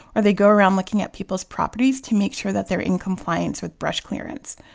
or they go around looking at peoples' properties to make sure that they're in compliance with brush clearance.